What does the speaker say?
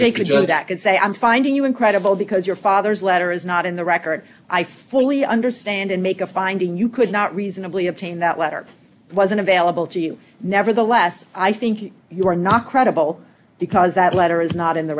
please go back and say i'm finding you incredible because your father's letter is not in the record i finally understand and make a finding you could not reasonably obtain that letter wasn't available to you nevertheless i think you are not credible because that letter is not in the